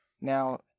Now